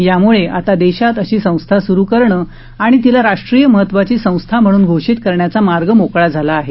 यामुळे आता देशात अशी संस्था सुरू करणं आणि तिला राष्ट्रीय महत्वाची संस्था म्हणून घोषित करण्याचा मार्ग मोकळा झाला आहे